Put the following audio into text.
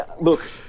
look